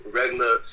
regular